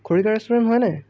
খৰিকা restaurant হয় নে